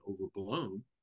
overblown